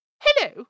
Hello